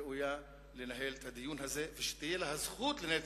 ראויה לנהל את הדיון הזה ושתהיה לה הזכות לנהל את